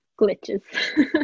glitches